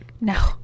No